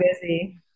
busy